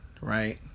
right